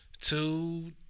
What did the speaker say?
two